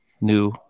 new